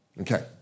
Okay